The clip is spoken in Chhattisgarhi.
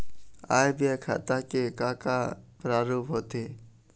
आय व्यय खाता के का का प्रारूप होथे?